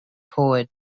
poet